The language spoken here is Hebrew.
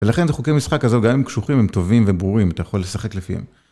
ולכן זה חוקי משחק כזו, גם אם הם קשוחים, הם טובים וברורים, אתה יכול לשחק לפיהם.